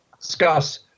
discuss